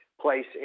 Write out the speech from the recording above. place